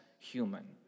Human